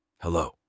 Hello